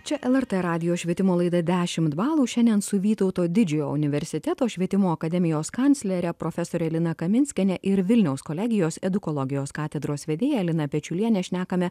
čia lrt radijo švietimo laida dešimt balų šiandien su vytauto didžiojo universiteto švietimo akademijos kanclere profesore lina kaminskiene ir vilniaus kolegijos edukologijos katedros vedėja lina pečiuliene šnekame